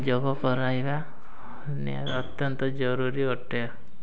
ଯୋଗ କରାଇବା ଅତ୍ୟନ୍ତ ଜରୁରୀ ଅଟେ